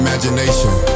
Imagination